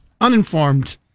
uninformed